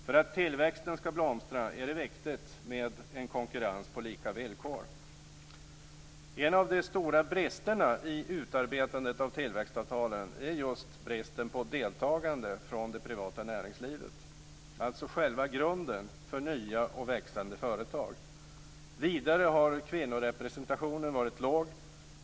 För att tillväxten ska blomstra är det viktigt med en konkurrens på lika villkor. En av de stora bristerna i utarbetandet av tillväxtavtalen är just bristen på deltagande från det privata näringslivet, alltså själva grunden för nya och växande företag. Vidare har kvinnorepresentationen varit låg.